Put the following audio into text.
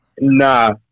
Nah